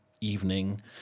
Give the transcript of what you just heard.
evening